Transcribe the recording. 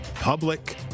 public